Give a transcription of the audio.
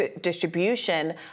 distribution